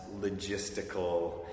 logistical